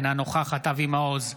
אינה נוכחת אבי מעוז,